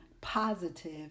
positive